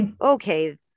okay